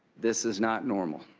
this is not normal.